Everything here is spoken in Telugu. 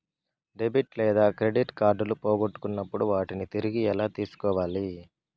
డెబిట్ లేదా క్రెడిట్ కార్డులు పోగొట్టుకున్నప్పుడు వాటిని తిరిగి ఎలా తీసుకోవాలి